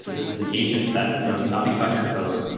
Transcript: so this is an agent that knows nothing about your code,